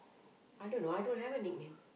I don't know I don't have a nickname